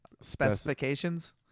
specifications